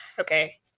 Okay